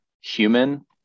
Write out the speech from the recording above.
human